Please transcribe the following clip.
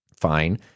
Fine